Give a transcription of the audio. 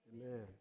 amen